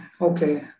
okay